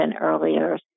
earlier